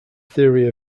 theory